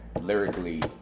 lyrically